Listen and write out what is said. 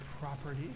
property